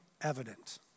evident